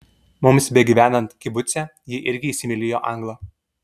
mums begyvenant kibuce ji irgi įsimylėjo anglą